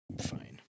Fine